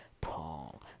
Paul